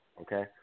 Okay